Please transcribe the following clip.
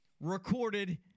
recorded